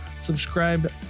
Subscribe